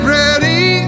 ready